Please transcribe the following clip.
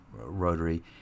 Rotary